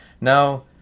Now